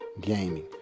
gaming